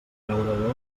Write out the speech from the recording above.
llaurador